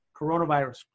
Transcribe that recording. coronavirus